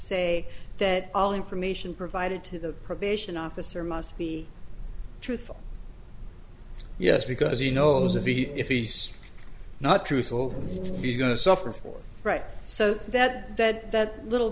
say that all information provided to the probation officer must be truthful yes because he knows if he if it is not true so he will be going to suffer for it right so that that that little